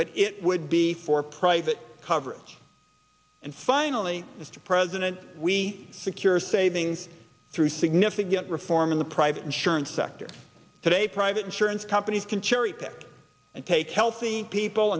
but it would be for private coverage and finally mr president we secure savings through significant reform in the private insurance sector today private insurance companies can cherry pick and take healthy people